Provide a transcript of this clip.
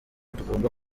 tugomba